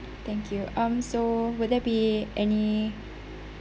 thank you um so will there be any